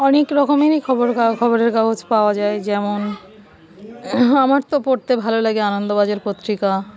অনেক রকমেরই খবর কা খবরের কাগজ পাওয়া যায় যেমন আমার তো পড়তে ভালো লাগে আনন্দবাজের পত্রিকা